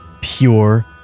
Pure